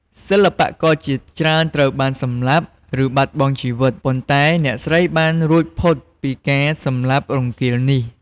សិល្បករជាច្រើនត្រូវបានសម្លាប់ ឬបាត់បង់ជីវិត ប៉ុន្តែអ្នកស្រីបានរួចផុតពីការសម្លាប់រង្គាលនេះ។